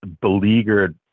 beleaguered